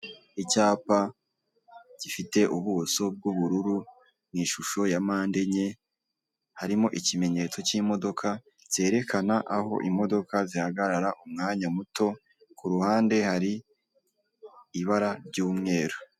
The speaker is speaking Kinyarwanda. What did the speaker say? Icyapa gifite ubuso bw'ubururu, mu ishusho ya mpande enye, harimo ikimenyetso cy'imodoka cyerekana aho imodoka zihagarara umwanya muto, ku ruhande hari ibara ry'umweru.